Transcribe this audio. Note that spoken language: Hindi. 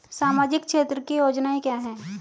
सामाजिक क्षेत्र की योजनाएं क्या हैं?